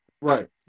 Right